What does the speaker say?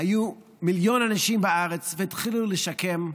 היו מיליון אנשים בארץ, והתחילו לשקם: